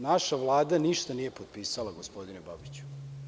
Naša Vlada nije ništa potpisala, gospodine Babiću.